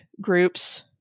groups